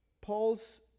Paul's